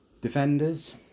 Defenders